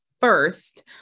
first